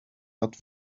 not